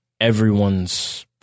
everyone's